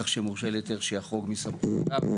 כך שמורשה להיתר שיחרוג מסמכויותיו,